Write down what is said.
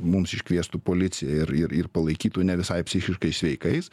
mums iškviestų policiją ir ir ir palaikytų ne visai psichiškai sveikais